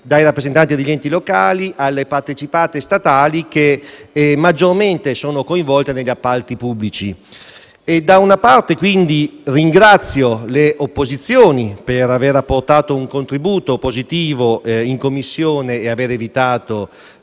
dai rappresentanti degli enti locali alle partecipate statali maggiormente coinvolte negli appalti pubblici. Da una parte quindi ringrazio le opposizioni per aver apportato un contributo positivo in Commissione e aver evitato